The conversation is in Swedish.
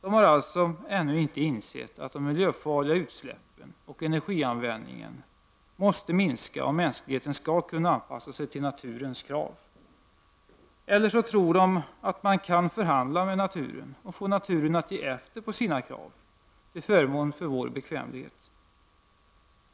De har alltså ännu inte insett att de miljöfarliga utsläppen och energianvändningen måste minska om mänskligheten skall kunna anpassa sig till naturens krav. Eller också tror de att man kan förhandla med naturen och få den att ge efter på sina krav till förmån för vår bekvämlighet.